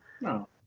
No